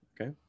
Okay